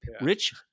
rich